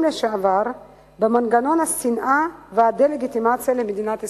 לשעבר במנגנון השנאה והדה-לגיטימציה של מדינת ישראל.